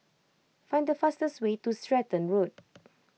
find the fastest way to Stratton Road